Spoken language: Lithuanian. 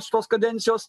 šitos kadencijos